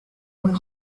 muy